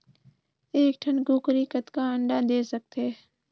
एक ठन कूकरी कतका अंडा दे सकथे?